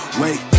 Wait